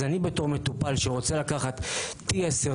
אז אני בתור מטופל שרוצה לקחת T10,